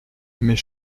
mais